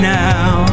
now